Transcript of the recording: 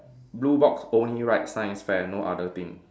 blue box only write science fair no other thing